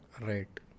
Right